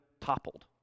toppled